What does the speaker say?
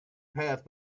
path